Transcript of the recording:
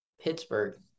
Pittsburgh